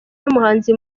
n’umuhanzi